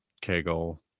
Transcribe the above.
kegel